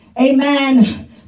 amen